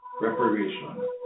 reparation